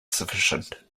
sufficient